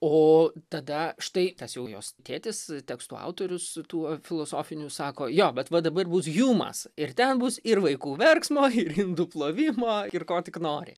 o tada štai tas jau jos tėtis tekstų autorius tų filosofinių sako jo bet va dabar bus hjumas ir ten bus ir vaikų verksmo ir indų plovimo ir ko tik nori